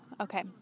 okay